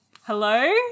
hello